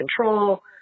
control